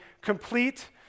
complete